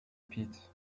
pit